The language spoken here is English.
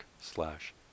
slash